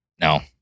no